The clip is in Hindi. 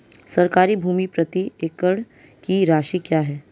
सरकारी भूमि प्रति एकड़ की राशि क्या है?